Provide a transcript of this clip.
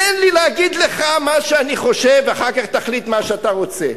תן לי להגיד לך מה שאני חושב ואחר כך תחליט מה שאתה רוצה.